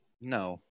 No